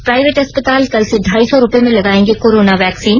private अस्पताल कल से ढाई सौ रूपये में लगायेंगे कोरोना वैक्सीन